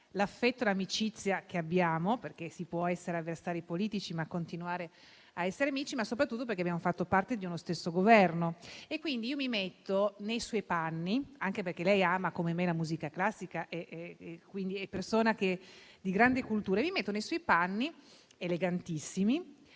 l'affetto e l'amicizia che abbiamo (si può essere avversari politici, ma continuare a essere amici), ma soprattutto perché abbiamo fatto parte di uno stesso Governo. Io mi metto quindi nei suoi panni, anche perché lei ama come me la musica classica ed è persona di grande cultura, mi metto nei suoi panni elegantissimi